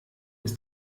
des